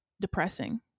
depressing